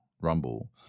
Rumble